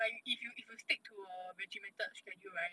like if you if you stick to a regimented schedule right